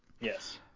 Yes